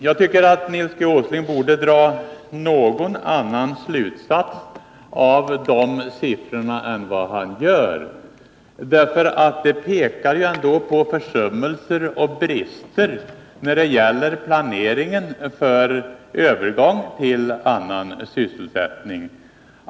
Jag tycker att Nils G. Åsling borde dra någon annan slutsats av det antalet än han gör. De pekar ändå på försummelser och brister när det gäller planeringen för övergång till annan sysselsättning.